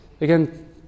Again